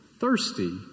thirsty